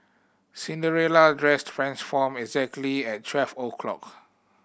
Cinderella address transformed exactly at twelve o' clock